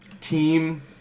Team